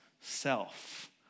self